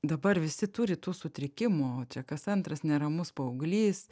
dabar visi turi tų sutrikimų čia kas antras neramus paauglys